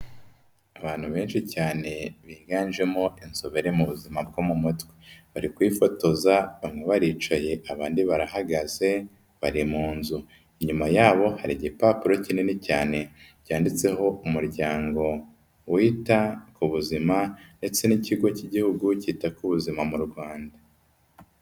Abantu benshi cyane biganjemo inzobere mu buzima bwo mu mutwe bari kwifotoza bamwe baricaye abandi barahagaze bari mu nzu, inyuma ya bo hari igipapuro kinini cyane cyanditseho umuryango wita ku buzima ndetse n'ikigo cy'igihugu cyita ku buzima mu Rwanda.